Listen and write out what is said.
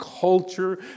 culture